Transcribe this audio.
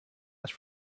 last